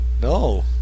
No